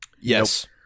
yes